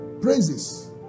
Praises